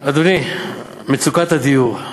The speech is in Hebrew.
אדוני, מצוקת הדיור.